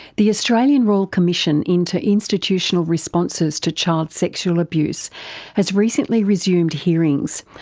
the australian royal commission into institutional responses to child sexual abuse has recently resumed hearings,